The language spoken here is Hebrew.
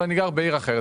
אבל אני גר בעיר אחרת,